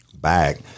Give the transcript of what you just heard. back